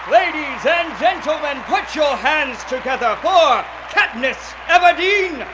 ladies and gentleman, put your hands together for katniss everdeen,